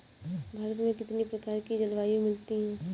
भारत में कितनी प्रकार की जलवायु मिलती है?